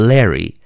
Larry